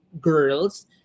girls